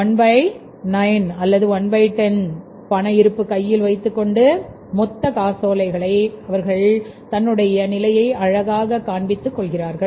19 அல்லது 110 பண இருப்பு கையில் வைத்துக்கொண்டு மொத்த காசோலைகளை அவர்கள் தன்னுடைய நிலையை அழகாக காண்பித்துக் கொள்கிறார்கள்